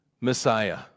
messiah